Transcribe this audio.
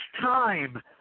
time